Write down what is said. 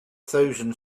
thousand